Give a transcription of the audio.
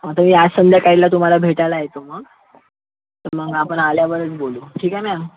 हं तर मी आज संध्याकाळला तुम्हाला भेटायला येतो मग तर मग आपण आल्यावरच बोलू ठीक आहे ना